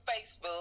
Facebook